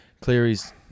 Cleary's